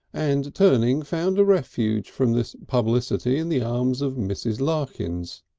and turning, found a refuge from this publicity in the arms of mrs. larkins.